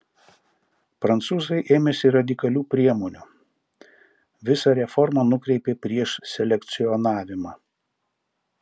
prancūzai ėmėsi radikalių priemonių visą reformą nukreipė prieš selekcionavimą